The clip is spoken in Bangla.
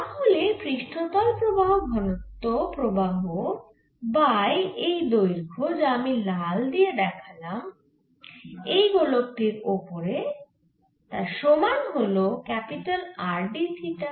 তাহলে পৃষ্ঠতল প্রবাহ ঘনত্ব প্রবাহ বাই এই দৈর্ঘ যা আমি লাল দিয়ে দেখালাম এই গোলক টির ওপরে যার সমান হল R d থিটা